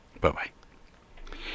Bye-bye